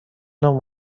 نوع